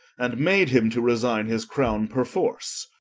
and made him to resigne his crowne perforce